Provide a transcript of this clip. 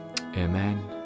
Amen